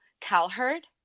Cowherd